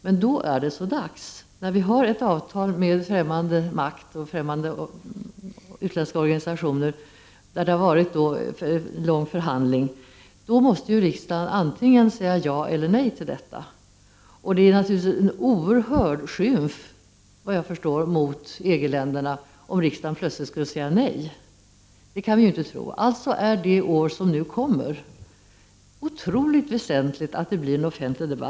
Men då är det så dags, när vi har ett avtal med främmande makt och främmande utländska organisationer, som har föregåtts av en lång förhandling. Då måste ju riksdagen antingen säga ja eller nej till detta. Det är naturligtvis, såvitt jag förstår, en oerhörd skymf mot EG-länderna, om riksdagen plötsligt skulle säga nej. Under det år som nu = Prot. 1989/90:32 kommer är det otroligt väsentligt att det blir en offentlig debatt.